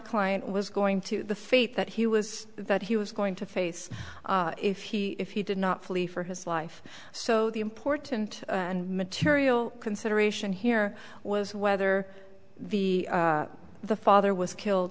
client was going to the fate that he was that he was going to face if he if he did not flee for his life so the important and material consideration here was whether the the father was killed